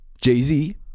Jay-Z